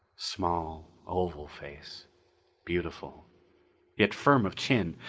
small, oval face beautiful yet firm of chin,